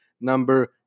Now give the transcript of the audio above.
number